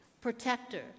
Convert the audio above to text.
protector